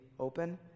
open